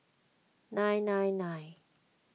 nine nine nine